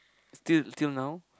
still still now